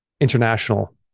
international